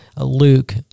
Luke